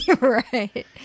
Right